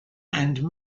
and